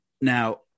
Now